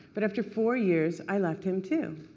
but after four years i left him, too.